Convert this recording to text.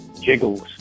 Jiggles